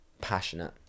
Passionate